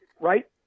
right